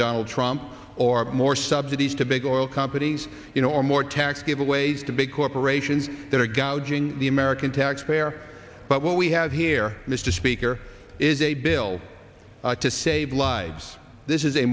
donald trump or more subsidies to big oil companies or more tax giveaways to big corporations that are gouging the american taxpayer but what we have here mr speaker is a bill to save lives this is a